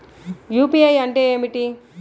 UPI అంటే ఏమిటి?